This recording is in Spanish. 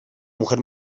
mujer